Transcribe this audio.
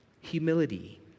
Humility